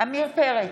עמיר פרץ,